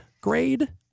grade